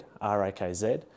R-A-K-Z